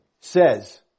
says